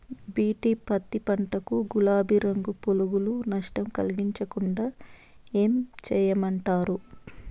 BT పత్తి పంట కు, గులాబీ రంగు పులుగులు నష్టం కలిగించకుండా ఏం చేయమంటారు?